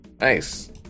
Nice